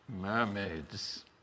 mermaids